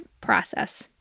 process